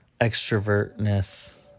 extrovertness